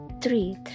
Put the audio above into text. three